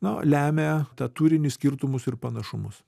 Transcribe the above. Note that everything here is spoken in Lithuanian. nu lemia tą turinį skirtumus ir panašumus